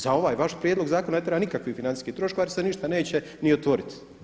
Za ovaj vaš prijedlog zakona ne treba nikakvih financijskih troškova jer se ništa neće ni otvoriti.